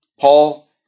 Paul